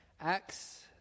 Acts